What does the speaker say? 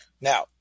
Now